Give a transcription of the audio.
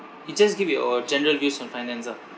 you just give your general views on finance ah